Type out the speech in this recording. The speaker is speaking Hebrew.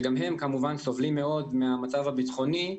שכמובן גם הם סובלים מאוד מהמצב הביטחוני,